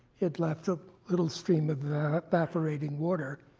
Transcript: it left a little stream of evaporating water,